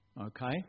okay